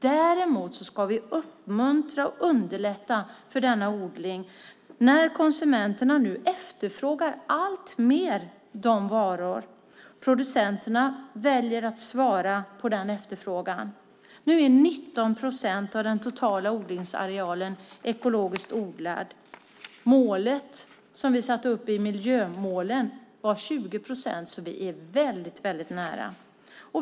Däremot ska vi uppmuntra och underlätta för denna odling när konsumenterna nu alltmer efterfrågar sådana varor. Producenterna väljer att svara på den efterfrågan. Nu är 19 procent av den totala odlingsarealen ekologiskt odlad. Målet som vi satte upp i miljömålen var 20 procent, så vi är väldigt nära.